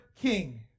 king